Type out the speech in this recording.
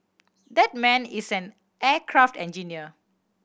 that man is an aircraft engineer